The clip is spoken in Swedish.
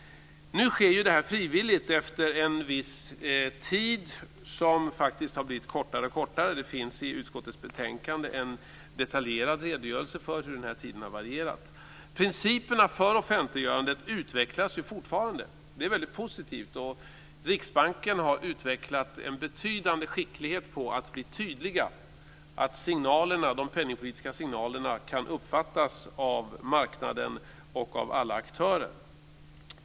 Nu sker offentliggörandet frivilligt efter en viss tid, som faktiskt har blivit kortare och kortare. Det finns i utskottets betänkande en detaljerad redogörelse för hur denna tid har varierat. Principerna för offentliggörandet utvecklas fortfarande. Det är väldigt positivt, och Riksbanken har utvecklat en betydande skicklighet på att bli tydlig, så att de penningpolitiska signalerna kan uppfattas av marknaden och av alla aktörer.